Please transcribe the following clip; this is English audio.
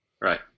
Right